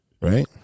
Right